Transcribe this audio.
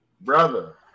Brother